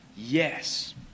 Yes